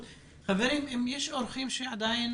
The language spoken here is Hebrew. חברים, אם יש אורחים שעדיין